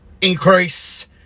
increase